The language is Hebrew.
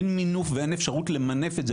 אין מינוף ואין אפשרות למנף את זה,